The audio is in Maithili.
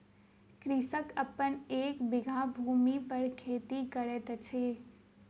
कृषक अपन एक बीघा भूमि पर खेती करैत अछि